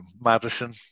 Madison